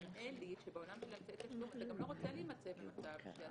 נראה לי שבעולם של אמצעי תשלום אתה לא רוצה להימצא במצב אתה